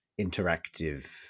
interactive